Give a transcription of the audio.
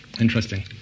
interesting